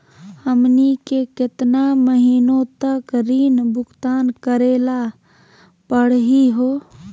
हमनी के केतना महीनों तक ऋण भुगतान करेला परही हो?